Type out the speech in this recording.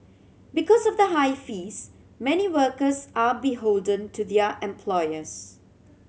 because of the high fees many workers are beholden to their employers